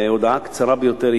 בהודעה קצרה ביותר,